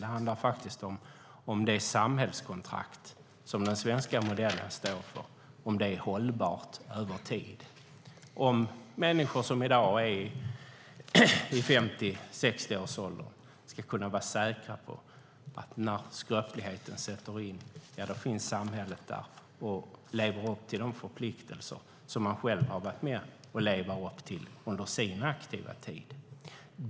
Det handlar om det samhällskontrakt som den svenska modellen står för, om det är hållbart över tid och om människor som i dag är i 50-60-årsåldern ska kunna vara säkra på att när skröpligheten sätter in finns samhället där och lever upp till de förpliktelser som de själva har varit med och bidragit till under sin aktiva tid.